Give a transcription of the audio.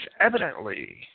evidently